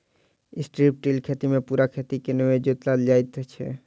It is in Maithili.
स्ट्रिप टिल खेती मे पूरा खेत के नै जोतल जाइत छै